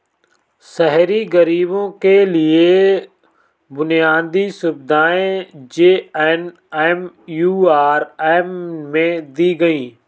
शहरी गरीबों के लिए बुनियादी सुविधाएं जे.एन.एम.यू.आर.एम में दी गई